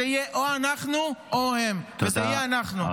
זה יהיה או אנחנו או הם, וזה יהיה אנחנו.